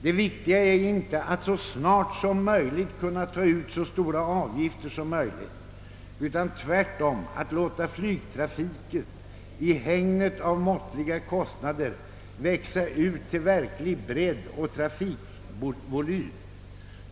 Det viktiga är inte att så snart som möjligt kunna ta ut så stora avgifter som möjligt, utan tvärtom att låta flygtrafiken i hägnet av måttliga kostnader växa ut till verklig bredd och trafikvolym.